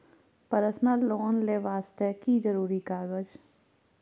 Personal loan ले वास्ते की जरुरी कागज?